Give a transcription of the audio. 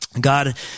God